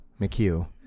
McHugh